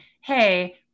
hey